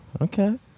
Okay